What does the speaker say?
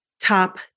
top